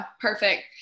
Perfect